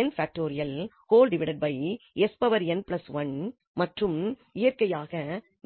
எனவே மற்றும் இயற்கையாக